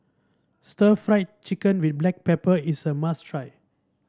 Stir Fried Chicken with Black Pepper is a must try